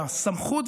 והסמכות,